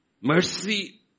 Mercy